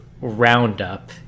roundup